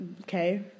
okay